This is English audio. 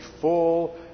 full